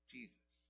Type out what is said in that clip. Jesus